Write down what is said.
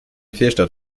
fehlstart